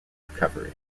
recovery